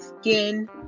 skin